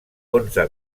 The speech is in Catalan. onze